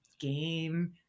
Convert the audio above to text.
game